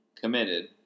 committed